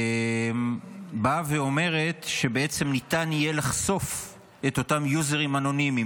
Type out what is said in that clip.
באה ואומרת שבעצם יהיה ניתן לחשוף את אותם יוזרים אנונימיים.